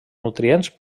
nutrients